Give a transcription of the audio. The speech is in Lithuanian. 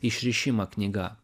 išrišimą knyga